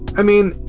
i mean,